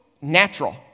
natural